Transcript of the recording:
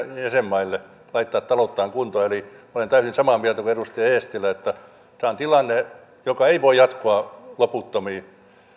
jäsenmaille laittaa talouttaan kuntoon eli olen täysin samaa mieltä kuin edustaja eestilä että tämä on tilanne joka ei voi jatkua loputtomiin